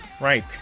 Right